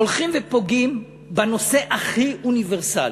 הולכים ופוגעים בנושא הכי אוניברסלי.